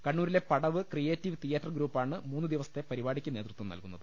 കണ്ണൂരിലെ Padav creative theatre ഗ്രൂപ്പാണ് മൂന്നുദിവസത്തെ പരിപാടിയ്ക്ക് നേതൃത്വം നൽകുന്നത്